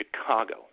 chicago